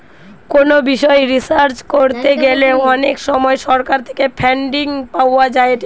কোনো বিষয় রিসার্চ করতে গ্যালে অনেক সময় সরকার থেকে ফান্ডিং পাওয়া যায়েটে